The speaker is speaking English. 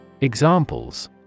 Examples